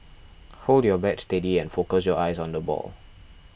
hold your bat steady and focus your eyes on the ball